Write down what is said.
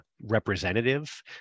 representative